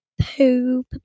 poop